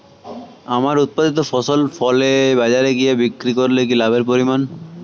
আমার উৎপাদিত ফসল ফলে বাজারে গিয়ে বিক্রি করলে কি লাভের পরিমাণ?